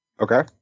Okay